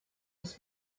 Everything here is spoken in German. des